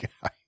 guys